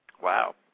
Wow